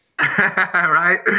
Right